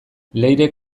leirek